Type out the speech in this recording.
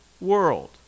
world